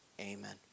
Amen